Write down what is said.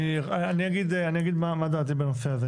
אני אגיד מה דעתי בנושא הזה.